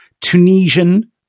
Tunisian